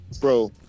bro